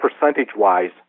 percentage-wise